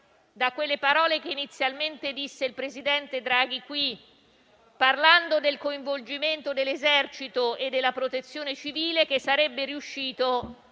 da quelle parole che inizialmente disse il presidente Draghi qui, parlando del coinvolgimento dell'Esercito e della Protezione civile, che sarebbe riuscito